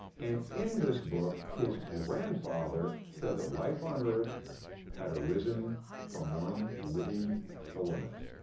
and in this book, his grandfather said that life on earth had arisen from one living filament.